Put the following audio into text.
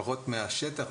לפחות מהשטח,